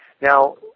Now